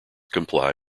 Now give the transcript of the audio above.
comply